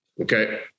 Okay